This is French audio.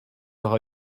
aura